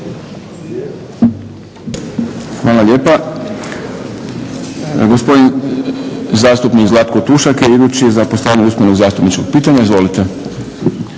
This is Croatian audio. Hvala lijepa. Gospodin zastupnik Zlatko Tušak je sljedeći da postavljanje … zastupničkog pitanja. Izvolite.